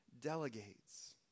delegates